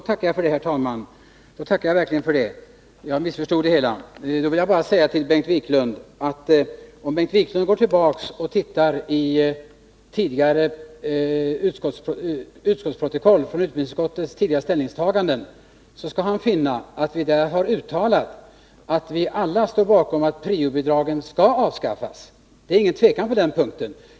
Herr talman! Jag vill bara säga till Bengt Wiklund att om han tittar i gamla protokoll när det gäller utbildningsutskottets tidigare ställningstaganden skall han finna att vi har uttalat att vi alla står bakom att priobidragen skall avskaffas. Det råder ingen :tvekan om det.